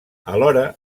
alhora